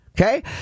okay